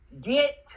get